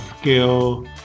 skill